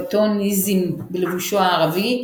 הנאופלאטוניזם בלבושו הערבי,